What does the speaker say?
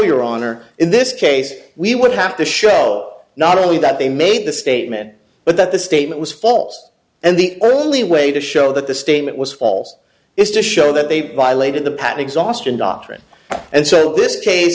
your honor in this case we would have to show not only that they made the statement but that the statement was false and the only way to show that the statement was false is to show that they violated the pattern exhaustion doctrine and so this c